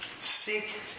Seek